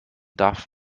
darf